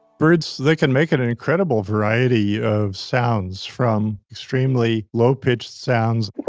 birds, they can make an an incredible variety of sounds from extremely low-pitched sounds,